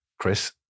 Chris